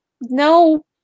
no